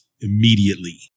immediately